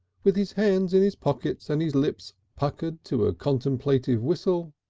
with his hands in his pockets and his lips puckered to a contemplative whistle,